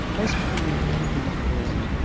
most commonly, people use prawns.